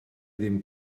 ddim